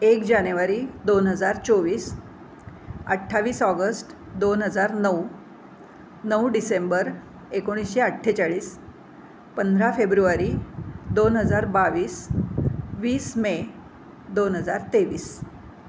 एक जानेवारी दोन हजार चोवीस अठ्ठावीस ऑगस्ट दोन हजार नऊ नऊ डिसेंबर एकोणीशे अठ्ठेचाळीस पंधरा फेब्रुवारी दोन हजार बावीस वीस मे दोन हजार तेवीस